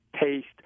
taste